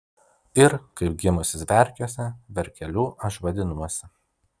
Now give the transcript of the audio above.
ir kaip gimusis verkiuose verkeliu aš vadinuosi